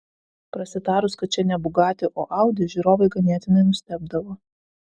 prasitarus kad čia ne bugatti o audi žiūrovai ganėtinai nustebdavo